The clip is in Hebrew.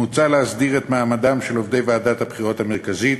מוצע להסדיר את מעמדם של עובדי ועדת הבחירות המרכזית,